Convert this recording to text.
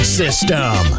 system